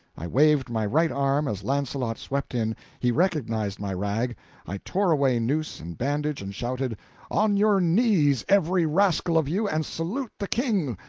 i waved my right arm as launcelot swept in he recognized my rag i tore away noose and bandage, and shouted on your knees, every rascal of you, and salute the king!